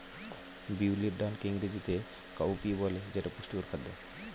বিউলির ডালকে ইংরেজিতে কাউপি বলে যেটা পুষ্টিকর খাদ্য